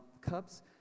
cups